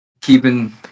keeping